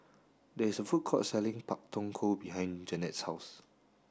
there is a food court selling Pak Thong Ko behind Janette's house